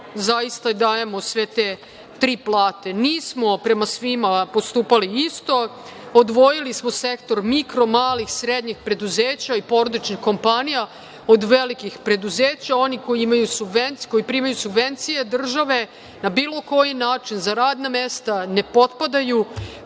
zaista dajemo te tri plate. Nismo prema svima postupali isto. Odvojili smo sektor mikro, malih, srednjih preduzeća i porodičnih kompanija od velikih preduzeća. Oni koji primaju subvencije države na bilo koji način za radna mesta ne potpadaju